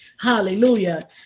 Hallelujah